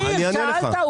שאלת,